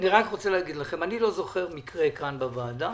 לא זוכר מקרה כאן בוועדה